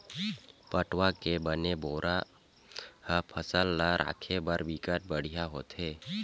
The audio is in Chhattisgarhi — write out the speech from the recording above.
पटवा के बने बोरा ह फसल ल राखे बर बिकट बड़िहा होथे